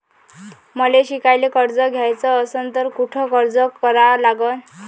मले शिकायले कर्ज घ्याच असन तर कुठ अर्ज करा लागन?